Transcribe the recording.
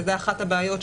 וזאת אחת הבעיות.